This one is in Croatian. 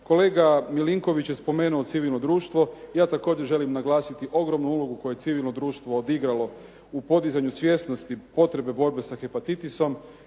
Kolega Milinković je spomenuo civilno društvo. Ja također želim naglasiti ogromnu ulogu koju je civilno društvo odigralo u podizanju svjesnosti potrebe borbe sa hepatitisom.